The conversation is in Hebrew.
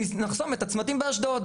נחסום את הצמתים באשדוד.